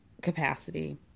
capacity